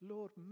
Lord